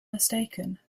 mistaken